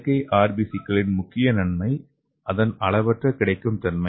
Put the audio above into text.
செயற்கை RBC களின் முக்கிய நன்மை அதன் அளவற்ற கிடைக்கும் தன்மை